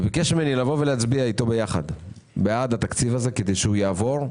וביקש ממני להצביע אתו ביחד בעד התקציב הזה כדי שהוא יעבור.